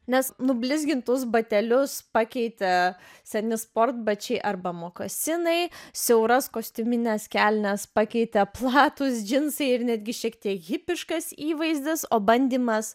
nes nublizgintus batelius pakeitė seni sportbačiai arba mokasinai siauras kostiumines kelnes pakeitė platūs džinsai ir netgi šiek tiek hipiškas įvaizdis o bandymas